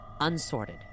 unsorted